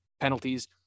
penalties